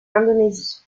indonésie